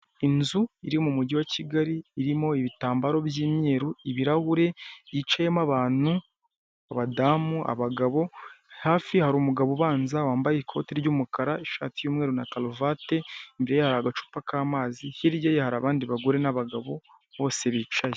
Inzu iri mu mujyi wa Kigali irimo ibitambaro by'imyeru, ibirahure yicayemo abantu abadamu, abagabo hafi hari umugabo ubanza wambaye ikote ry'umukara, ishati y'umweru na karuvate, imbere ye hari agacupa k'amazi hirya ye hari abandi bagore n'abagabo bose bicaye.